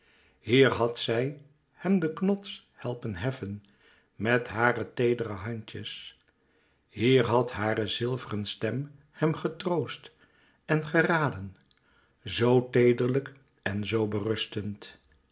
hier had zij hem den knots helpen heffen met hare teedere handjes hier had hare zilveren stem hem getroost en geraden zoo teederlijk en zoo berustigend